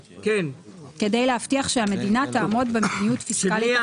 כדי להבטיח שהמדינה תעמוד במדיניות פיסקלית אחראית".